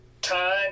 time